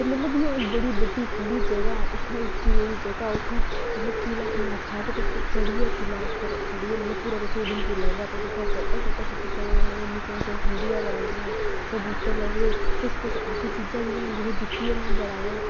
मतलब इ'यां बड़ी बड्डी खु'ल्ली जगह् उत्थै उच्ची जेही जगह् उत्थै मतलब किला इन्ना उच्चा के तुस चढ़ियै किले उप्पर चढ़ियै मतलब पूरा तुसें ई उधमपुर लभदा तुस उत्थै फोटो शोटो खिच्ची सकदे मतलब इन्नी सोह्नी ठंड़ी हबा होंदी' कबूतर लभदे किश किश ऐसी चीजां बी हैन जि'नेंगी दिक्खियै में बड़ा इ'यां